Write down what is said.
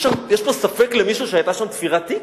יש פה ספק למישהו שהיתה שם תפירת תיק?